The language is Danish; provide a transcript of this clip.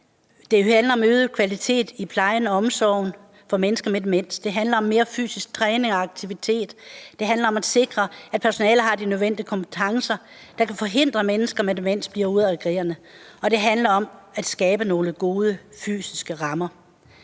Det handler om øget kvalitet i plejen og omsorgen for mennesker med demens. Det handler om mere fysisk træning og aktivitet. Det handler om at sikre, at personalet har de nødvendige kompetencer, der kan forhindre, at mennesker med demens bliver udadreagerende, og det handler om at skabe nogle gode fysiske rammer.